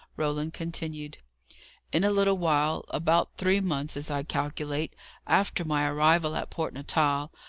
roland continued in a little while about three months, as i calculate after my arrival at port natal,